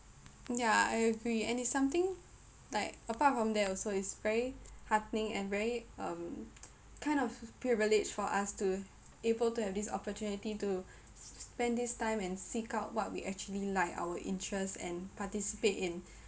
ya I agree and it's something like apart from that also it's very heartening and very um kind of privilege for us to able to have this opportunity to spend this time to seek out what we actually like our interest and participate in